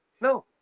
No